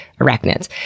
arachnids